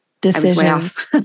decisions